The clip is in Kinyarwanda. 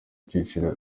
igiciro